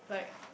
like